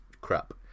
crap